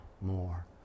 more